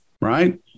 right